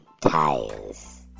tires